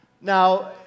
Now